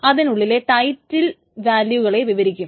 അതിനുള്ളിലെ ടൈറ്റിൽ വാല്യൂകളെ വിവരിക്കും